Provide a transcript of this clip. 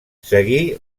seguí